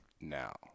now